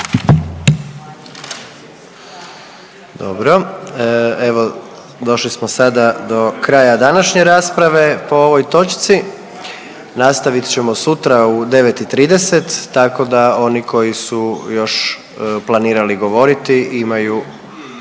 Dobro. Evo došli smo sada do kraja današnje rasprave po ovoj točci. Nastavit ćemo sutra u 9,30 tako da oni koji su još planirali govoriti imaju